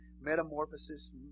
metamorphosis